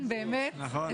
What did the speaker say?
נכון?